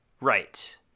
right